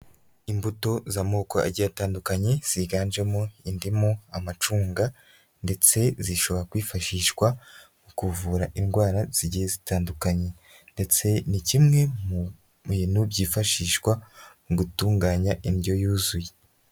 Imbuto z'amoko agiye atandukanye ziganjemo indimu, amacunga ndetse zishobora kwifashishwa mu kuvura indwara zigiye zitandukanye ndetse ni kimwe mu bintu byifashishwa mu gutunganya indyo yuzuye.